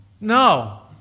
No